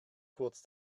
kurz